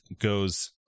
goes